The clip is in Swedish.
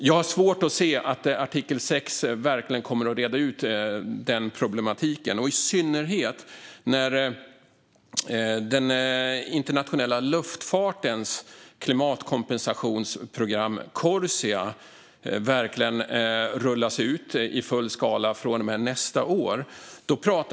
Jag har svårt att se att artikel 6 verkligen kommer att reda ut den problematiken, i synnerhet när den internationella luftfartens klimatkompensationsprogram, Corsia, rullas ut i full skala från och med nästa år.